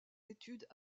études